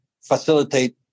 facilitate